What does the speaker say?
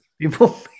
People